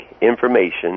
information